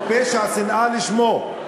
פשע שנאה לשמו.